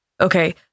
Okay